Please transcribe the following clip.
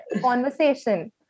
conversation